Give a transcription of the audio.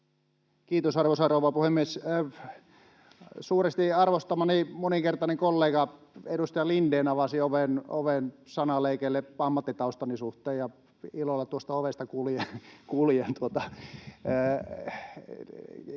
Kiitos, arvoisa rouva puhemies! Suuresti arvostamani moninkertainen kollega, edustaja Lindén avasi oven sanaleikeille ammattitaustani suhteen ja ilolla tuosta ovesta kuljen.